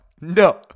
No